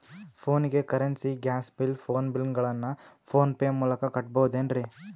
ಫೋನಿಗೆ currency, gas bill, phone bill ಗಳನ್ನು PhonePe ಮೂಲಕ ಕಟ್ಟಬಹುದೇನ್ರಿ?